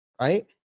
right